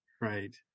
Right